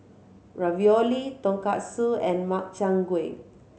Ravioli Tonkatsu and Makchang Gui